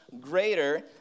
greater